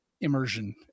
immersion